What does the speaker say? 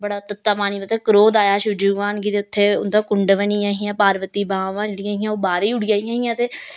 बड़ा तत्ता पानी मतलब क्रोध आया शिवजी भगवान गी ते उत्थें उं'दा कुंड बनी गेआ हा ते पार्वती दी भामा हियां हा ते ओह् बाह्रै उठी आइयां हियां ते